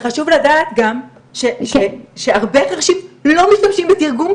וחשוב לדעת גם שהרבה חרשים לא משתמשים בתרגום,